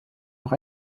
noch